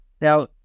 Now